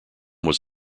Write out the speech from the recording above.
was